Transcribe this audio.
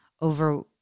over